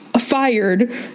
fired